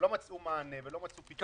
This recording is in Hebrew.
מצאו מענה ולא מצאו פתרון.